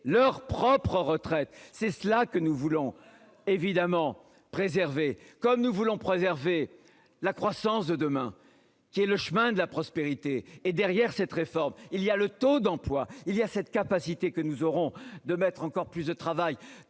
leur propre retraite. C'est cela que nous voulons évidemment préservée, comme nous voulons préserver la croissance de demain qui est le chemin de la prospérité et derrière cette réforme, il y a le taux d'emploi il y a cette capacité que nous aurons de mettre encore plus de travail